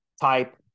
type